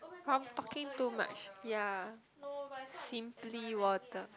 from talking too much ya simply water